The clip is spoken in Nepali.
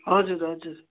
हजुर हजुर